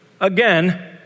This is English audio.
again